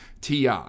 Ti